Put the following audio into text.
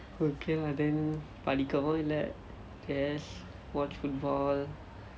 okay lah then படிக்கவும் இல்லை:padikkavum illai just watch football